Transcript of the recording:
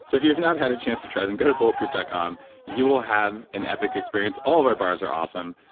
so if you have not had a chance to try them, go to bulletproof dot com you will have an epic experience. all of our bars are awesome.